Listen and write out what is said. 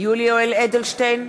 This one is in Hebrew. יולי יואל אדלשטיין,